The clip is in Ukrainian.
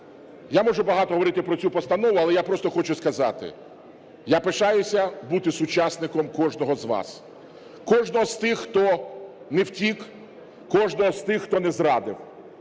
я можу багато говорити про цю постанову, але я просто хочу сказати, я пишаюся бути сучасником кожного з вас, кожного з тих, хто не втік, кожного з тих, хто не зрадив.